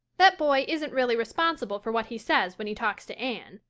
that boy isn't really responsible for what he says when he talks to anne.